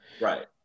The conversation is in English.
Right